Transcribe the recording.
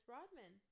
Rodman